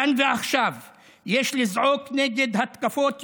כאן ועכשיו יש לזעוק נגד התקפות יום-יומיות,